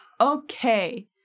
okay